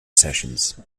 sessions